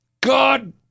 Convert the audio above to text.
God